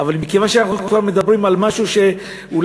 אבל מכיוון שאנחנו כבר מדברים על משהו שאולי